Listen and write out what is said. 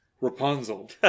Rapunzel